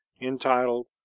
entitled